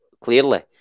clearly